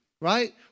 right